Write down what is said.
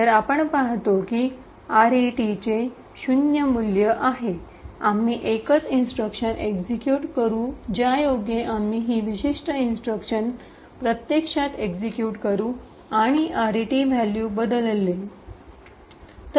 तर आपण पाहतो की आरईटीचे शून्य मूल्य आहे आम्ही एकाच इंस्ट्रक्शन एक्सिक्यूट करू ज्यायोगे आम्ही ही विशिष्ट इंस्ट्रक्शन प्रत्यक्षात एक्सिक्यूट करू आणि आरईटीचे व्ह्यलु बदलले